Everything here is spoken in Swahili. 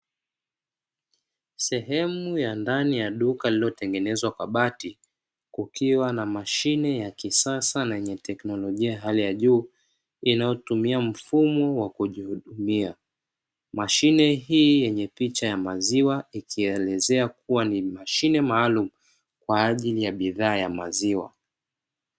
Sehemu ya ndani ya duka lililo tengenezwa kwa bati, kukiwa na mashine ya kisasa na yenye teknolojia ya hali ya juu inayotumia mfumo wa kujihudumia, mashine hii yenye picha ya maziwa ikielezea kua ni mashine maalumu kwa ajili ya bidhaa ya maziwa.